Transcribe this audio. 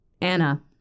Anna